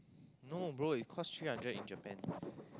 no bro it cost three hundred in Japan